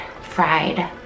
fried